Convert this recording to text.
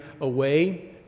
away